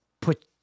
Put